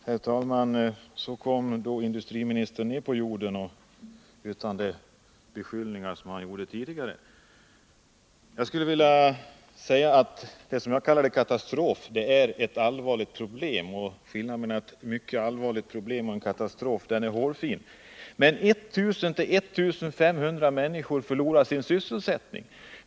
Herr talman! Så kom då industriministern ner på jorden igen och talade utan de beskyllningar som han kom med tidigare. Jag skulle vilja säga att skillnaden mellan ett mycket allvarligt problem och en katastrof är hårfin. Det som jag kallade katastrof är ett mycket allvarligt problem: 1000-1 500 människor förlorar sin sysselsättning.